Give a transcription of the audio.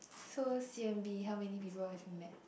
so C_M_B how many people have you met